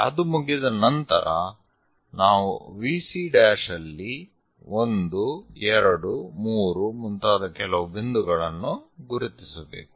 ಅದು ಮುಗಿದ ನಂತರ ನಾವು VC ಅಲ್ಲಿ 1 2 3 ಮುಂತಾದ ಕೆಲವು ಬಿಂದುಗಳನ್ನು ಗುರುತಿಸಬೇಕು